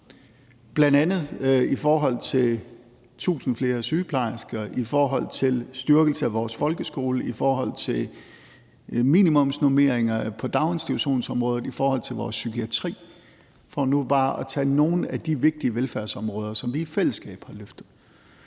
bl.a. i forhold til 1.000 flere sygeplejersker, i forhold til styrkelse af vores folkeskole, i forhold til minimumsnormeringer på dagsinstitutionsområdet, i forhold til vores psykiatri, for nu bare at tage nogle af de vigtige velfærdsområder, som vi i fællesskab har løftet.